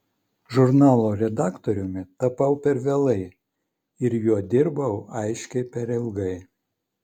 žurnalo redaktoriumi tapau per vėlai ir juo dirbau aiškiai per ilgai